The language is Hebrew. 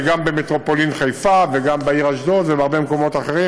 וגם במטרופולין חיפה וגם בעיר אשדוד ובהרבה מקומות אחרים.